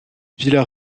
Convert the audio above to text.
vila